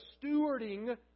stewarding